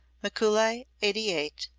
mikuli eighty eight,